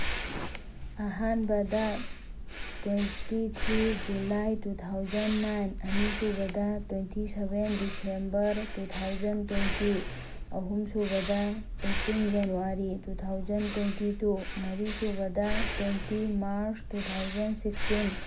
ꯑꯍꯥꯟꯕꯗ twenty three July two thousand nine ꯑꯅꯤ ꯁꯨꯕꯗ twenty seven December two thousand twenty ꯑꯍꯨꯝ ꯁꯨꯕꯗ eighteen January two thousand twenty two ꯃꯔꯤ ꯁꯨꯕꯗ twenty March two thousand sixteen